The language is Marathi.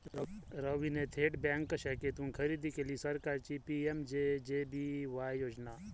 रवीने थेट बँक शाखेतून खरेदी केली सरकारची पी.एम.जे.जे.बी.वाय योजना